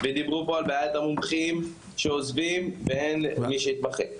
דיברו פה על בעיית המומחים שעוזבים ואין מי שיתמחה,